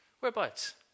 Whereabouts